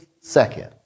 second